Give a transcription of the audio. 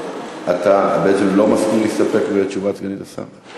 אתה בעצם לא מסכים להסתפק בתשובת סגנית השר?